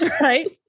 Right